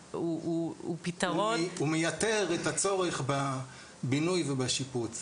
פתרון --- הוא מייתר את הצורך בבינוי ובשיפוץ.